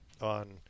on